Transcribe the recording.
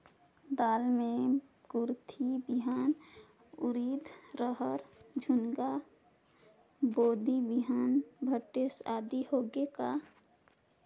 दाल मे कुरथी बिहान, उरीद, रहर, झुनगा, बोदी बिहान भटेस आदि होगे का?